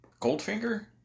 Goldfinger